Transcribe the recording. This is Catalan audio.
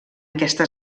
aquesta